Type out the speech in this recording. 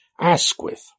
Asquith